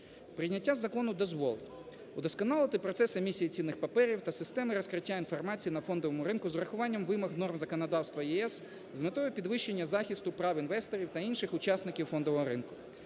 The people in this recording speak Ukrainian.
Прийняття закону дозволить удосконалити процес емісії цінних паперів та системи розкриття інформації на фондовому ринку з врахуванням вимог норм законодавства ЄС з метою підвищення захисту прав інвесторів та інших учасників фондового ринку.